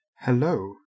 Hello